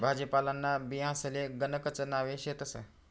भाजीपालांना बियांसले गणकच नावे शेतस